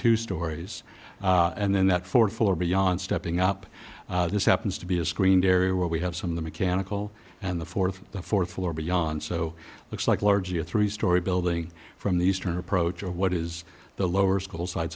two stories and then that fourth floor beyond stepping up this happens to be a screened area where we have some of the mechanical and the fourth the fourth floor beyond so looks like largely a three story building from the eastern approach of what is the lower school sides